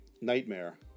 nightmare